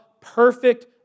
perfect